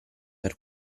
per